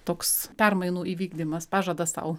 toks permainų įvykdymas pažadas sau